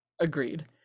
Agreed